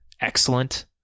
excellent